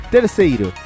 Terceiro